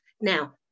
Now